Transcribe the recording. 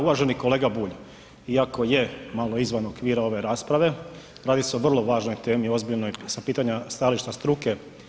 Uvaženi kolega Bulj, iako je malo izvan okvira ove rasprave, radi se o vrlo važnoj temi, ozbiljnoj sa pitanja stajališta struke.